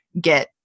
get